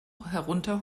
herunter